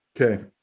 Okay